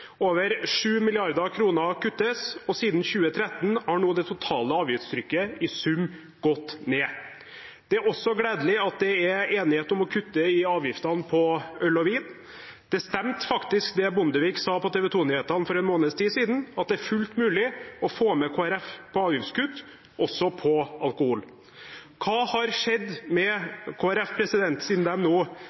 Over 7 mrd. kr kuttes, og siden 2013 har nå det totale avgiftstrykket i sum gått ned. Det er også gledelig at det er enighet om å kutte i avgiftene på øl og vin. Det stemte faktisk, det Bondevik sa på TV 2-nyhetene for en måneds tid siden, at det er fullt mulig å få med Kristelig Folkeparti på avgiftskutt – også på alkohol. Hva har skjedd med Kristelig Folkeparti siden de nå